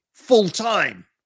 full-time